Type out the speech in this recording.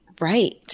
right